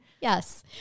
Yes